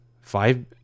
five